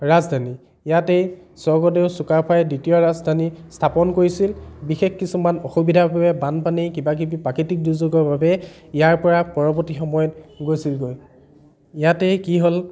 ৰাজধানী ইয়াতেই স্ৱৰ্গদেউ চুকাফাই দ্ৱিতীয় ৰাজধানী স্থাপন কৰিছিল বিশেষ কিছুমান অসুবিধাৰ বাবে বানপানী কিবা কিবি প্ৰাকৃতিক দূৰ্যোগৰৰ বাবে ইয়াৰ পৰা পৰৱৰ্তী সময়ত গৈছিলগৈ ইয়াতে কি হ'ল